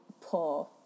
poor